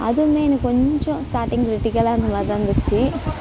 அதுவுமே எனக்கு கொஞ்சம் ஸ்டார்ட்டிங் கிரிட்டிக்கல்லாக இருந்தமாதிரிதான் இருந்திச்சு